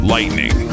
Lightning